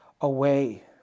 away